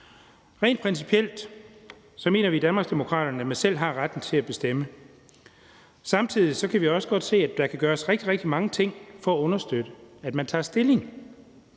Rent principielt mener vi i Danmarksdemokraterne, at man selv har retten til at bestemme. Samtidig kan vi også godt se, at der kan gøres rigtig, rigtig mange ting for at understøtte, at man tager stilling.